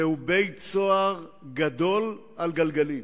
זהו בית-סוהר גדול על גלגלים,